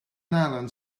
nylon